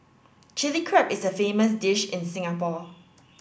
Chilli Crab is a famous dish in Singapore